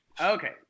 Okay